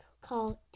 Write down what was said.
called